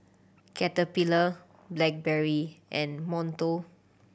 Caterpillar Blackberry and Monto